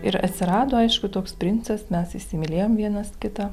ir atsirado aišku toks princas mes įsimylėjom vienas kitą